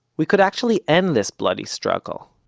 we could actually end this bloody struggle.